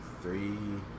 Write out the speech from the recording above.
three